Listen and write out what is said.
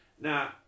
Now